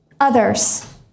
others